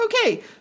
Okay